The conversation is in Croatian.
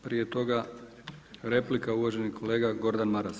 Prije toga replika uvaženi kolega Gordan Maras.